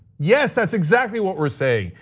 yes, that's exactly what we're saying.